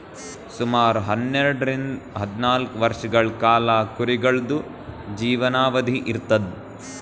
ಸುಮಾರ್ ಹನ್ನೆರಡರಿಂದ್ ಹದ್ನಾಲ್ಕ್ ವರ್ಷಗಳ್ ಕಾಲಾ ಕುರಿಗಳ್ದು ಜೀವನಾವಧಿ ಇರ್ತದ್